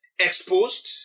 exposed